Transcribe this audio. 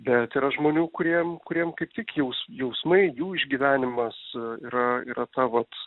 bet yra žmonių kuriem kuriem kaip tik jaus jausmai jų išgyvenimas yra yra ta vat